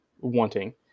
wanting